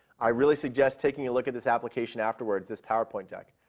i really suggest taking a look at this application afterwards, this powerpoint deck.